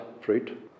fruit